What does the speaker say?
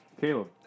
Caleb